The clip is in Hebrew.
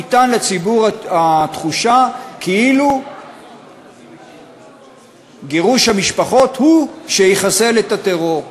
ניתנה לציבור התחושה כאילו גירוש המשפחות הוא שיחסל את הטרור.